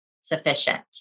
sufficient